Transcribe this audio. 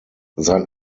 sein